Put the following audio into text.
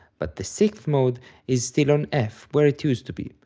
but the sixth mode is still on f, where it used to be,